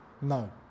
No